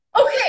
Okay